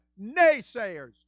naysayers